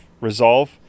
resolve